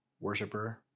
worshiper